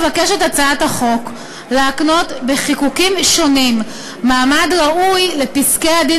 הצעת החוק מבקשת להקנות בחיקוקים שונים מעמד ראוי לפסקי-הדין